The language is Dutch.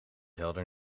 helder